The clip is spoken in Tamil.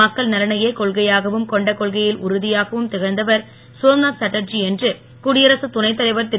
மக்கள் நலனையே கொள்கையாகவும் கொண்ட கொள்கையில் உறுதியாகவும் திகழ்ந்தவர் சோம்நாத் சாட்டர்ஜி என்று குடியரசுத் துணைத்தவைர் திரு